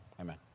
amen